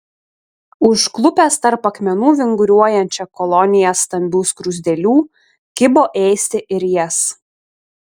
užklupęs tarp akmenų vinguriuojančią koloniją stambių skruzdėlių kibo ėsti ir jas